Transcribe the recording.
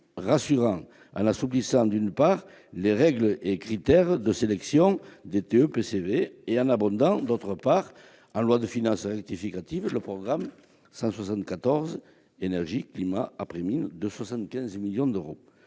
rassurant, en assouplissant, d'une part, les règles et critères de sélection des TEPCV et en abondant, d'autre part, en loi de finances rectificative, le programme 174 « Énergie, climat et après-mines » de 75 millions d'euros.